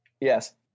Yes